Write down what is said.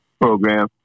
program